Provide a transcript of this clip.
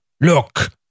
look